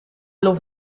love